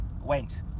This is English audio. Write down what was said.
Went